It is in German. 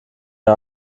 der